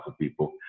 people